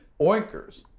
oinkers